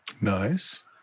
Nice